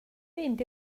mynd